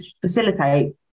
facilitate